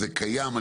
זה קיים,